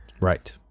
Right